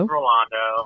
Rolando